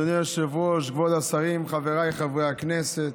אדוני היושב-ראש, כבוד השרים, חבריי חברי הכנסת,